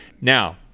Now